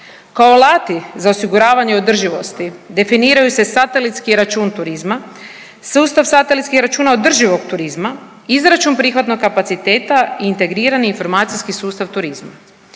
Kao alati za osiguravanje održivosti definiraju se satelitski račun turizma, sustav satelitskih računa održivog turizma, izračun prihodnog kapaciteta i integrirani informacijski sustav turizma.